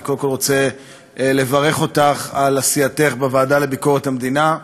אני קודם כול רוצה לברך אותך על עשייתך בוועדה לביקורת המדינה,